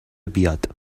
بیاد